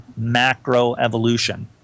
macroevolution